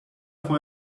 foi